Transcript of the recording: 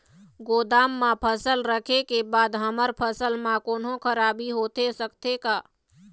गोदाम मा फसल रखें के बाद हमर फसल मा कोन्हों खराबी होथे सकथे का?